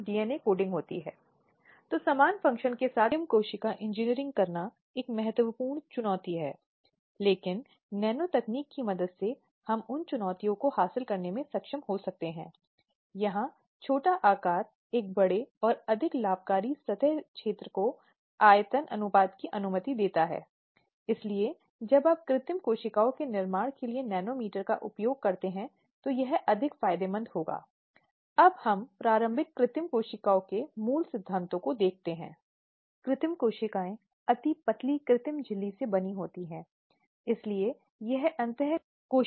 हमने पिछले व्याख्यान में देखा कि एक कानून बन गया है जो महिलाओं को सुरक्षा की गारंटी देने के लिए पारित किया गया है और कार्यस्थल पर यौन उत्पीड़न की रोकथाम के लिए उचित उपाय किए गए हैं जो वर्तमान समय में महिलाओं के लिए विभिन्न कार्यस्थलों पर जहाँ वे कार्य कर रही हैं एक बहुत ही गंभीर मुद्दा है